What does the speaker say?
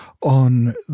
on